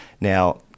Now